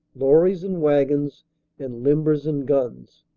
lorries and wagons and limbers and guns.